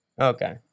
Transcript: Okay